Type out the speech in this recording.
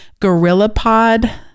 Gorillapod